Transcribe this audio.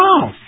mouth